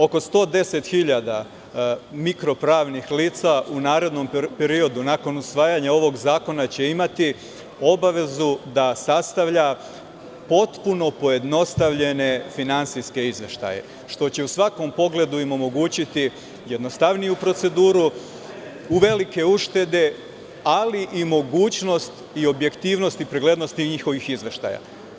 Oko 110 hiljada mikro pravnih lica u narednom periodu, nakon usvajanja ovog zakona će imati obavezu da sastavlja potpuno pojednostavljene finansijske izveštaje što će im u svakom pogledu omogućiti jednostavniju proceduru, velike uštede ali i mogućnost i objektivnost i preglednost tih njihovih izveštaja.